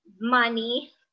money